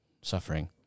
suffering